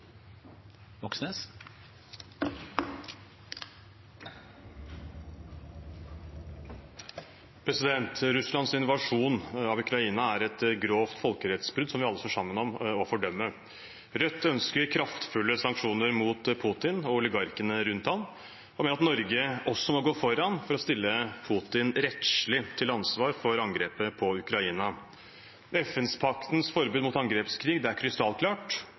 Ukraina er et grovt folkerettsbrudd som vi alle står sammen om å fordømme. Rødt ønsker kraftfulle sanksjoner mot Putin og oligarkene rundt ham og mener at Norge også må gå foran for å stille Putin rettslig til ansvar for angrepet på Ukraina. FN-paktens forbud mot angrepskrig er krystallklart – det som har manglet, er